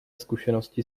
zkušenosti